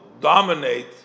dominate